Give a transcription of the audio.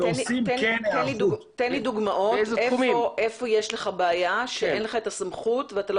תן לי דוגמאות היכן יש לך בעיה שאין לך את הסמכות ואתה לא